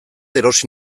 erosi